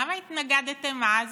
למה התנגדתם אז?